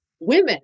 women